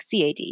CAD